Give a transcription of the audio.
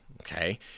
Okay